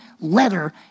letter